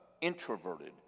introverted